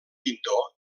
pintor